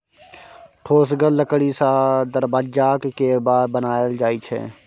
ठोसगर लकड़ी सँ दरबज्जाक केबार बनाएल जाइ छै